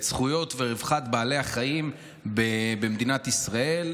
את זכויות ורווחת בעלי החיים במדינת ישראל,